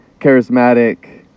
charismatic